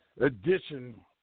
edition